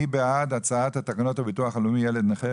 מי בעד הצעת תקנות הביטוח הלאומי (ילד נכה)